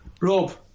Rob